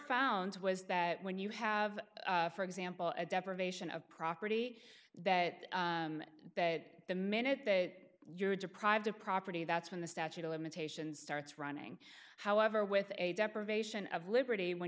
found was that when you have for example a deprivation of property that the minute that you're deprived of property that's when the statute of limitations starts running however with a deprivation of liberty when